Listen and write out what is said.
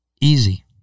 Easy